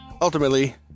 Ultimately